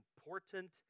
important